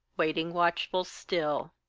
waiting watchful still.